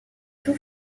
tout